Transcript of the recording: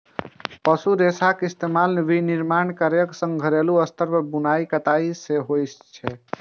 पशु रेशाक इस्तेमाल विनिर्माण कार्यक संग घरेलू स्तर पर बुनाइ कताइ मे सेहो होइ छै